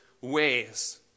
ways